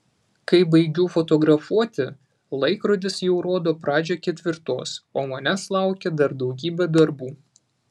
kai baigiu fotografuoti laikrodis jau rodo pradžią ketvirtos o manęs laukia dar daugybė darbų